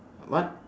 what